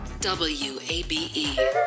WABE